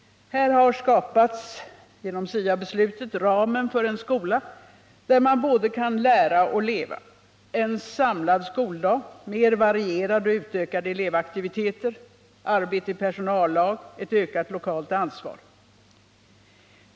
Här har genom SIA beslutet skapats ramen för en skola där man både kan lära och leva: en samlad skoldag, mer varierade och utökade elevaktiviteter, arbete i personallag, ett ökat lokalt ansvar.